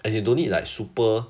as you don't need like super